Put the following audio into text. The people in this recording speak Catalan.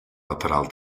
lateral